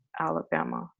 Alabama